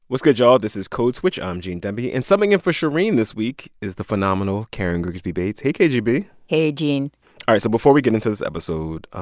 what's good, y'all? this is code switch. i'm gene demby. and subbing in for shereen this week is the phenomenal karen grigsby bates. hey, k g b hey, gene all right, so before we get into this episode,